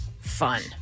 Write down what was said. fun